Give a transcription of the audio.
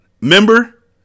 Member